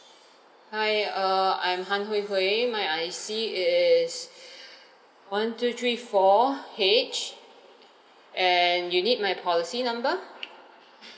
hi err I'm han hui hui my I_C is one two three four H and you need my policy number